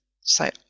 say